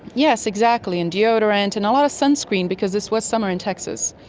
yes, exactly, and deodorant, and a lot of sunscreen because this was summer in texas.